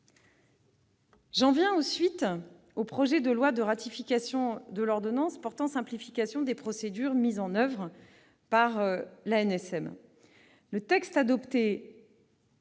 J'en viens au projet de loi de ratification de l'ordonnance portant simplification des procédures mises en oeuvre par l'ANSM.